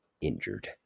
injured